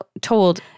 told